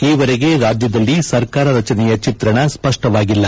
ಈವರೆಗೆ ರಾಜ್ಯದಲ್ಲಿ ಸರ್ಕಾರ ರಚನೆಯ ಚಿತ್ರಣ ಸ್ಪಷ್ಟವಾಗಿಲ್ಲ